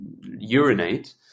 urinate